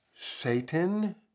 Satan